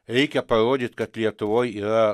reikia parodyt kad lietuvoj yra